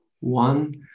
one